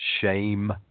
shame